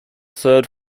third